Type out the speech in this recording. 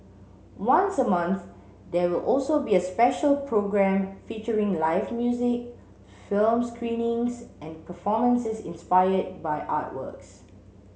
once a month there will also be a special programme featuring live music film screenings and performances inspired by artworks